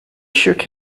shook